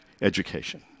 education